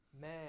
man